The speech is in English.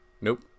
Nope